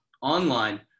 online